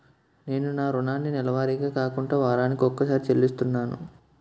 నేను నా రుణాన్ని నెలవారీగా కాకుండా వారాని కొక్కసారి చెల్లిస్తున్నాను